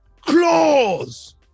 claws